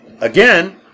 again